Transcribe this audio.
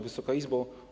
Wysoka Izbo!